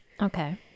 Okay